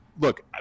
look